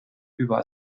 über